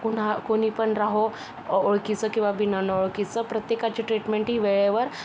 पुन्हा कुणी पण राहो ओ ओळखीचं किंवा बिन अनोळखीचं प्रत्येकाची ट्रीटमेंट ही वेळेवर